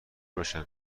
بشن